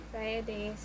Friday